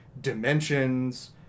dimensions